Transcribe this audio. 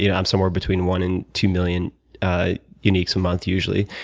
you know i'm somewhere between one and two million units a month usually.